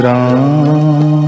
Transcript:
Ram